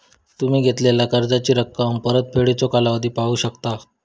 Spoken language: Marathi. तुम्ही घेतलेला कर्जाची रक्कम, परतफेडीचो कालावधी पाहू शकता